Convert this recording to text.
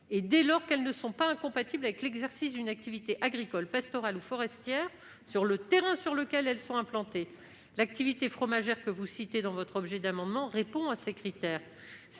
et dès lors qu'elles « ne sont pas incompatibles avec l'exercice d'une activité agricole, pastorale ou forestière sur le terrain sur lequel elles sont implantées ». L'activité fromagère que vous citez en défense de votre amendement répond à ces critères.